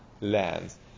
lands